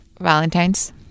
Valentine's